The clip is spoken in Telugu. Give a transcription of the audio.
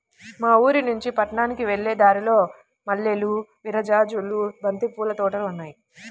మా ఊరినుంచి పట్నానికి వెళ్ళే దారిలో మల్లెలు, విరజాజులు, బంతి పూల తోటలు ఉన్నాయ్